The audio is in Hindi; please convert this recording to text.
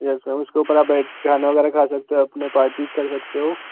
येस मैम उसके ऊपर बैठ कर आप खाना वगैरह खा सकते हो अपना पार्टी कर सकते हो